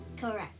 Correct